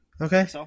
Okay